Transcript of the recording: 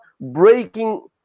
breaking